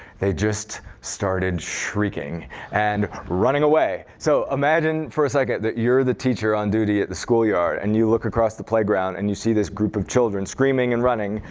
they just started shrieking and running away. so imagine for a second that you're the teacher on duty at the schoolyard, and you look across the playground, and you see this group of children screaming and running.